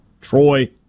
Troy